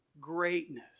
Greatness